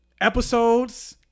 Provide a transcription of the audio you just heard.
episodes